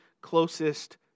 closest